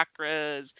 chakras